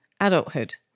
adulthood